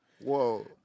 Whoa